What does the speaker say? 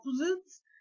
opposites